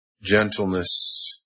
gentleness